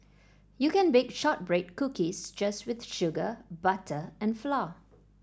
you can bake shortbread cookies just with sugar butter and flour